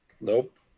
Nope